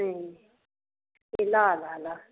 ए ए ल ल ल